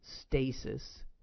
stasis